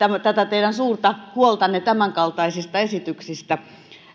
tätä teidän suurta huoltanne tämänkaltaisista esityksistä